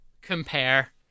compare